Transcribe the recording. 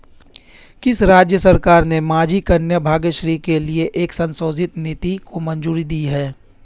किस राज्य सरकार ने माझी कन्या भाग्यश्री के लिए एक संशोधित नीति को मंजूरी दी है?